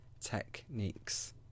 techniques